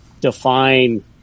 define